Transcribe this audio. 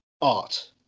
art